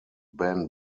ben